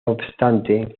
obstante